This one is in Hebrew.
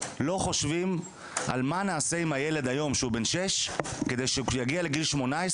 לא חושבים על מה נעשה עם הילד היום שהוא בן שש כדי שכשהוא יגיע לגיל 18,